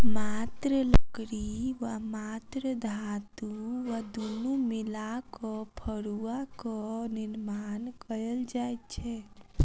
मात्र लकड़ी वा मात्र धातु वा दुनू मिला क फड़ुआक निर्माण कयल जाइत छै